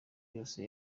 yose